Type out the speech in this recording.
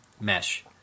mesh